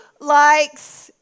likes